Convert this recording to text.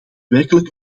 werkelijk